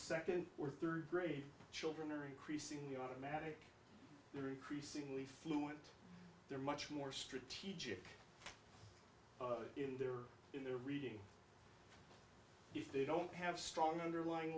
second or third grade children are increasingly automatic they're increasingly fluent they're much more strategic they're in their reading if they don't have strong underlying